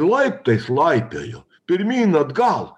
laiptais laipioju pirmyn atgal